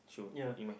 ya